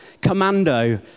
Commando